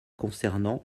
concernant